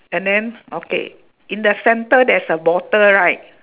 and then okay in the centre there's a bottle right